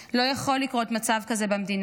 לא יכול לקרות מצב כזה במדינה.